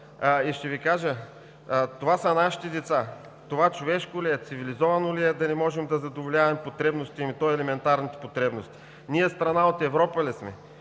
и така нататък. Това са нашите деца – човешко ли е, цивилизовано ли е да не можем да задоволяваме потребностите им, и то елементарните потребности?! Ние страна от Европа ли сме?